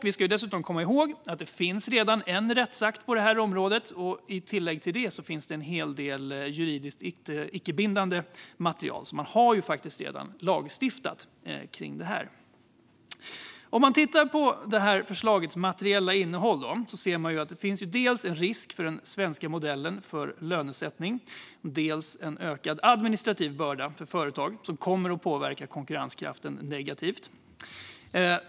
Vi ska dessutom komma ihåg att det redan finns en rättsakt på det här området, och i tillägg till det finns det en hel del juridiskt icke bindande material, så man har faktiskt redan lagstiftat om detta. Om man sedan tittar på förslagets materiella innehåll ser man att det finns en risk dels för den svenska modellen för lönesättning, dels för en ökad administrativ börda för företag, vilket kommer att påverka konkurrenskraften negativt.